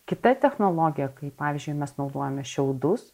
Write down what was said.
kita technologija kai pavyzdžiui mes naudojame šiaudus